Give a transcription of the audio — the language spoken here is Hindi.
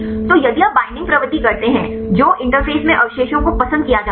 तो यदि आप बईंडिंग प्रवृत्ति करते हैं जो इंटरफ़ेस में अवशेषों को पसंद किया जाता है